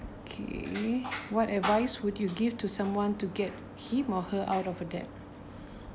okay what advice would you give to someone to get him or her out of a debt